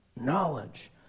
Knowledge